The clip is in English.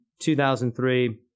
2003